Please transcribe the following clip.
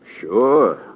Sure